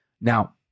Now